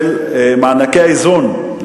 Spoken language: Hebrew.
של מענקי איזון,